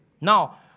Now